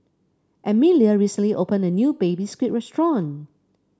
Emelie recently opened a new Baby Squid restaurant